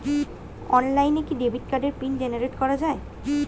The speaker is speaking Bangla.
অনলাইনে কি ডেবিট কার্ডের পিন জেনারেট করা যায়?